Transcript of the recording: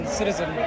citizen